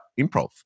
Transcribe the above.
improv